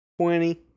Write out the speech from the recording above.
Twenty